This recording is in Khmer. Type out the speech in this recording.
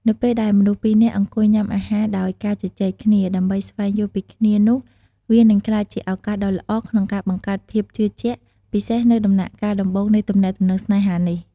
នៅពេលដែលមនុស្សពីរនាក់អង្គុយញ៉ាំអាហារដោយមានការជជែកគ្នា ដើម្បីស្វែងយល់ពីគ្នានោះវានឹងក្លាយជាឱកាសដ៏ល្អក្នុងការបង្កើតភាពជឿជាក់ ពិសេសនៅដំណាក់កាលដំបូងនៃទំនាក់ទំនងស្នេហានេះ។